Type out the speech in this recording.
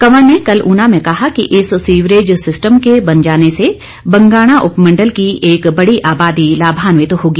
कंवर ने कल ऊना में कहा कि इस सीवरेज सिस्टम के बन जाने से बंगाणा उपमंडल की एक बड़ी आबादी लाभान्वित होगी